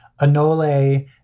Anole